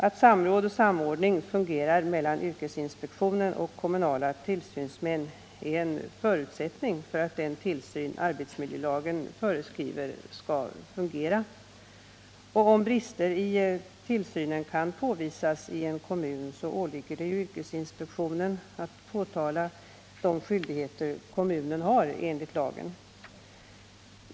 Att samråd och samordning fungerar mellan yrkesinspektionen och kommunala tillsynsmän är en förutsättning för den tillsyn arbetsmiljölagen föreskriver. Om brister i tillsynen kan påvisas i en kommun, åligger det yrkesinspektionen att erinra om de skyldigheter kommunen har enligt lag.